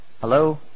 Hello